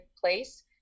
place